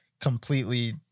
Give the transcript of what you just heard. completely